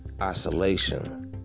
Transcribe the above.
Isolation